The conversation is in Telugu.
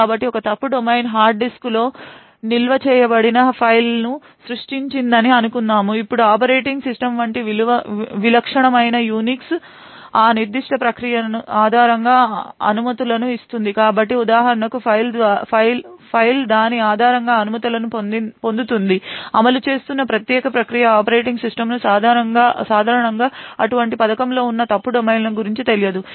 కాబట్టి ఒక ఫాల్ట్ డొమైన్ హార్డ్ డిస్క్లో నిల్వ చేయబడిన ఫైల్ను సృష్టించిందని అనుకుందాం ఇప్పుడు ఆపరేటింగ్ సిస్టమ్ వంటి విలక్షణమైన యునిక్స్ ఆ నిర్దిష్ట ప్రక్రియ ఆధారంగా అనుమతులను ఇస్తుంది కాబట్టి ఉదాహరణకు ఫైల్ దాని ఆధారంగా అనుమతులను పొందుతుంది అమలు చేస్తున్న ప్రత్యేక ప్రక్రియ ఆపరేటింగ్ సిస్టమ్ సాధారణంగా అటువంటి పథకంలో ఉన్న ఫాల్ట్ డొమైన్ల గురించి తెలియదు